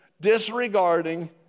disregarding